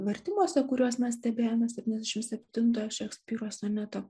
vertimuose kuriuos mes stebėjome septyniasdešimt septintojo šekspyro soneto